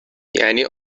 یعنی